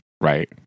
right